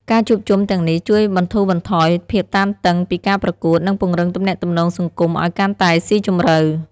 ការជួបជុំទាំងនេះជួយបន្ធូរបន្ថយភាពតានតឹងពីការប្រកួត និងពង្រឹងទំនាក់ទំនងសង្គមឱ្យកាន់តែស៊ីជម្រៅ។